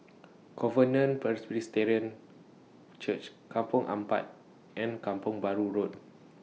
Covenant Presbyterian Church Kampong Ampat and Kampong Bahru Road